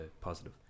positive